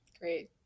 great